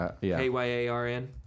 K-Y-A-R-N